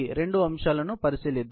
రెండు అంశాలను పరిశీలిద్దాం